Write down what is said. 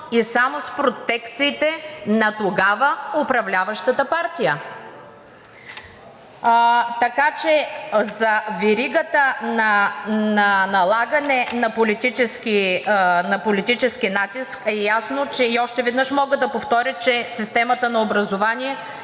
и само с протекциите на тогава управляващата партия. Така че за веригата на налагане на политически натиск е ясно и още веднъж мога да повторя, че системата на образование